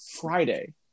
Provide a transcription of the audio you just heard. Friday